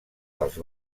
dels